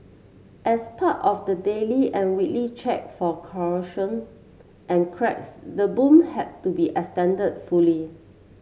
as part of the daily and weekly check for corrosion and cracks the boom had to be extended fully